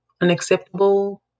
unacceptable